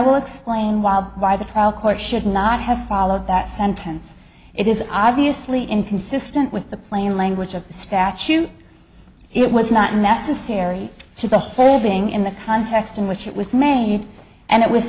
will explain why why the trial court should not have followed that sentence it is obviously inconsistent with the plain language of the statute it was not necessary to the whole thing in the context in which it was made and it was